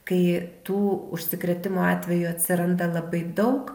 kai tų užsikrėtimo atvejų atsiranda labai daug